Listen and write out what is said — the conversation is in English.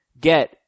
Get